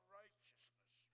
righteousness